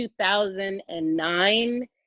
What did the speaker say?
2009